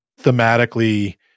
thematically